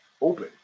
open